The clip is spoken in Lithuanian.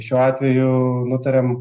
šiuo atveju nutarėm